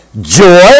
Joy